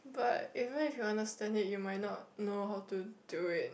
but even if you understand it you might not know how to do it